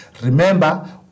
Remember